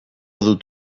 dut